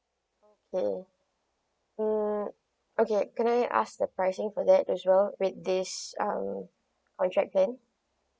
okay mm okay can I ask the pricing for that as well with this um contract again